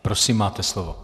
Prosím, máte slovo.